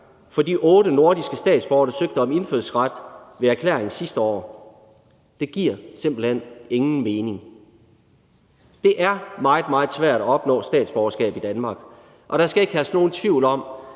for de otte nordiske statsborgere, der søgte om indfødsret ved erklæring sidste år. Det giver simpelt hen ingen mening. Det er meget, meget svært at opnå statsborgerskab i Danmark, og der skal ikke herske nogen tvivl om,